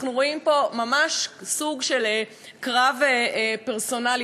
אנחנו רואים פה ממש סוג של קרב פרסונלי,